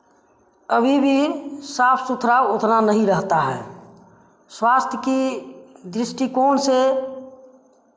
अभी भी साफ़ सुथरा उतना नहीं रहता है स्वास्थ्य की दृष्टिकोण से